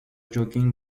joking